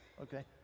okay